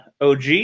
OG